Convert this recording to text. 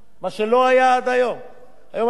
היית צריך לברור מאיפה אתה לוקח את הפטור